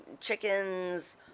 chickens